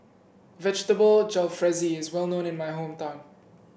Vegetable Jalfrezi is well known in my hometown